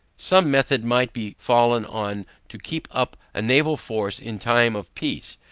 some method might be fallen on to keep up a naval force in time of peace,